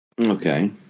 Okay